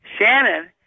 Shannon